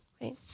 Right